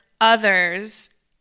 others